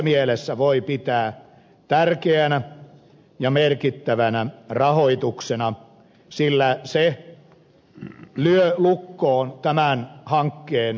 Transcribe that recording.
tätä voi pitää tärkeänä ja merkittävänä rahoituksena sillä se lyö lukkoon tämän hankkeen kokonaisrahoituksen